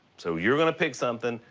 so you're gonna pick something,